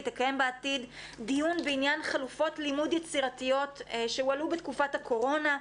דיון בעניין חלופות לימוד יצירתיות שהועלו בתקופת הקורונה,